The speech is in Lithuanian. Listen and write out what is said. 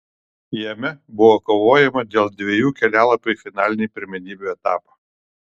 jame buvo kovojama dėl dviejų kelialapių į finalinį pirmenybių etapą